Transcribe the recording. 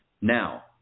Now